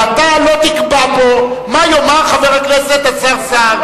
ואתה לא תקבע פה מה יאמר חבר הכנסת השר סער.